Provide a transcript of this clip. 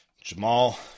Jamal